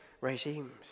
regimes